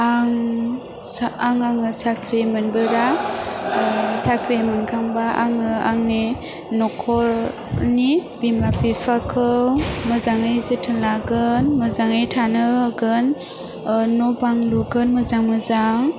आं आं आङो साख्रि मोनबोला ओह साख्रि मोनखांबा आङो आंनि नखरनि बिमा बिफाखौ मोजाङै जोथोन लागोन मोजाङै थानो होगोन ओह न' बां लुगोन मोजां मोजां